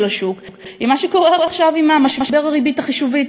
השוק היא מה שקורה עכשיו עם משבר הריבית החישובית.